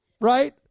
right